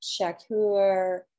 Shakur